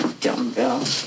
Dumbbell